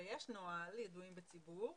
הרי יש נוהל ידועים בציבור.